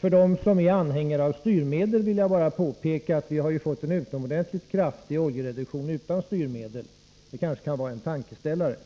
För dem som är anhängare av styrmedel vill jag bara påpeka att vi har fått en utomordentligt kraftig oljereduktion utan styrmedel. Det kan kanske vara en tankeställare.